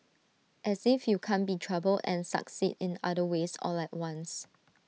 as if you can't be 'troubled' and succeed in other ways all at once